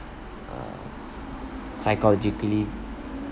uh psychologically